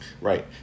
Right